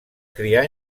criar